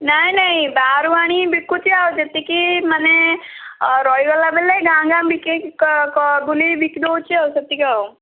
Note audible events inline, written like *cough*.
ନାହିଁ ନାହିଁ ବାହାରୁ ଆଣିକି ବିକୁଛି ଆଉ ଯେତିକି ମାନେ ରହିଗଲା ବୋଲେ ଗାଁ ଗାଁ ବିକେ *unintelligible* ବୁଲିକି ବିକି ଦଉଛି ସେତିକି ଆଉ